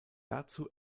dazu